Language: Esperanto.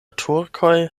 turkoj